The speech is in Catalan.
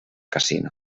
casino